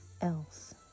else